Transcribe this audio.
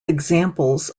examples